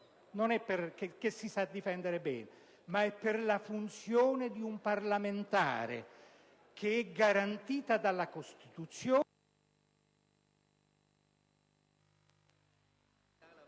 giacché mi so difendere bene, ma per le funzioni di un parlamentare, garantite dalla Costituzione.